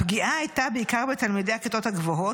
הפגיעה הייתה בעיקר בתלמידי הכיתות הגבוהות